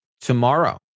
tomorrow